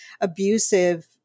abusive